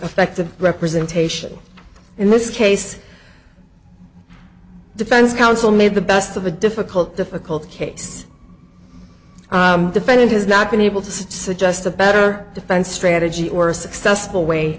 affect the representation in this case defense counsel made the best of a difficult difficult case defendant has not been able to suggest a better defense strategy or a successful way